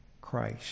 Christ